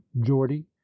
geordie